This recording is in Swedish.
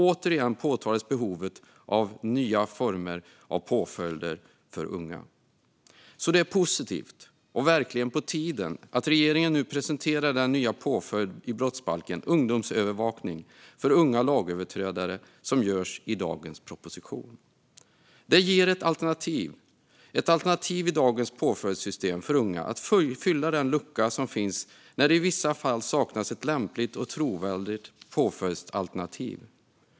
Återigen framfördes behovet av nya former av påföljder för unga. Det är positivt och verkligen på tiden att regeringen i dagens proposition presenterar den nya påföljden för unga lagöverträdare i brottsbalken: ungdomsövervakning. Det ger ett alternativ i påföljdssystemet för unga. Det täpper till den lucka som i dag finns då det i vissa fall saknas ett lämpligt och trovärdigt påföljdsalternativ.